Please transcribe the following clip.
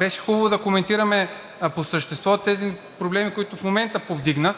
Беше хубаво да коментираме по същество тези проблеми, които в момента повдигнах.